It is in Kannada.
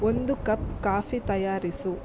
ಒಂದು ಕಪ್ ಕಾಫಿ ತಯಾರಿಸು